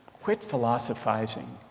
quit philosophizing,